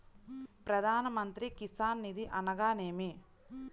ప్రధాన మంత్రి కిసాన్ నిధి అనగా నేమి?